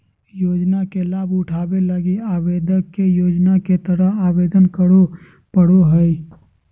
योजना के लाभ उठावे लगी आवेदक के योजना के तहत आवेदन करे पड़ो हइ